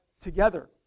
together